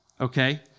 okay